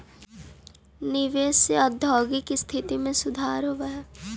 निवेश से औद्योगिक स्थिति में सुधार होवऽ हई